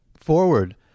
forward